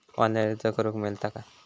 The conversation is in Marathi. ऑनलाईन अर्ज करूक मेलता काय?